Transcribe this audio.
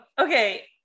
okay